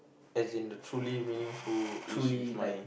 as in the truly meaningful is with my